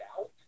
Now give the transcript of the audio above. out